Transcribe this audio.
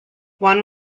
one